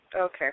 Okay